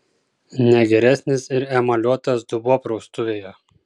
ne geresnis ir emaliuotas dubuo praustuvėje